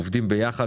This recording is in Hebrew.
עובדים ביחד,